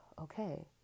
okay